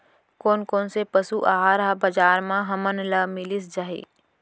कोन कोन से पसु आहार ह बजार म हमन ल मिलिस जाही?